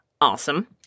Awesome